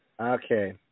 Okay